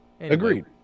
Agreed